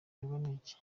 n’iki